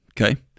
Okay